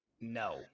No